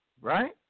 Right